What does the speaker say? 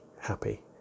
happy